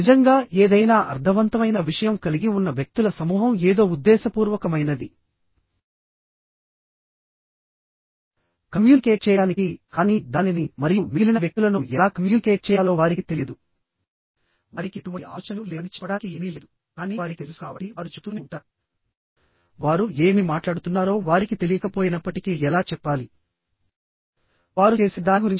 నిజంగా ఏదైనా అర్ధవంతమైన విషయం కలిగి ఉన్న వ్యక్తుల సమూహం ఏదో ఉద్దేశపూర్వకమైనది కమ్యూనికేట్ చేయడానికి కానీ దానిని మరియు మిగిలిన వ్యక్తులను ఎలా కమ్యూనికేట్ చేయాలో వారికి తెలియదు వారికి ఎటువంటి ఆలోచనలు లేవని చెప్పడానికి ఏమీ లేదు కానీ వారికి తెలుసు కాబట్టి వారు చెబుతూనే ఉంటారు వారు ఏమి మాట్లాడుతున్నారో వారికి తెలియకపోయినప్పటికీ ఎలా చెప్పాలి వారు చేసే దాని గురించి